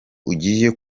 ugiye